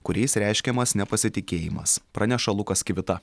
kuriais reiškiamas nepasitikėjimas praneša lukas kivita